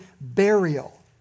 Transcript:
burial